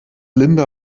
linda